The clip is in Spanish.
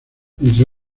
entre